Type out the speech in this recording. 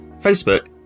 Facebook